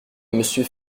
monsieur